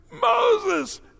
Moses